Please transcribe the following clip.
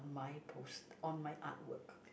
my post on my artwork